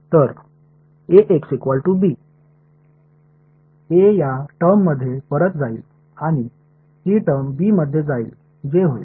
तर या टर्ममध्ये परत जाईल आणि ही टर्म मध्ये जाईल जे होईल